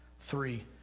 Three